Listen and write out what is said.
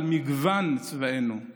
על מגוון צבעינו,